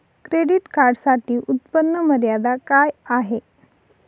Credit कार्डसाठी उत्त्पन्न मर्यादा काय आहे?